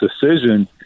decision